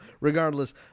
Regardless